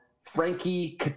Frankie